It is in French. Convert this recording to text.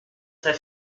ses